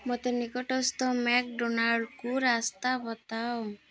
ମୋତେ ନିକଟସ୍ଥ ମ୍ୟାକଡ଼ୋନାଲ୍ଡକୁ ରାସ୍ତା ବତାଅ